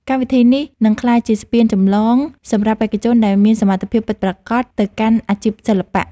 កម្មវិធីនេះនឹងក្លាយជាស្ពានចម្លងសម្រាប់បេក្ខជនដែលមានសមត្ថភាពពិតប្រាកដទៅកាន់អាជីពសិល្បៈ។